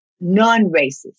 non-racist